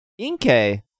Inke